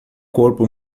corpo